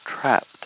trapped